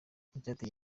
icyateye